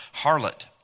harlot